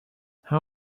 how